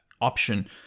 option